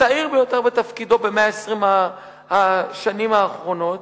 הצעיר ביותר בתפקידו ב-120 השנים האחרונות,